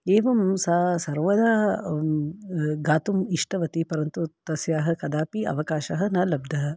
एवं सा सर्वदा गातुम् इष्टवती परन्तु तस्याः कदापि अवकाशः न लब्धः